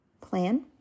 plan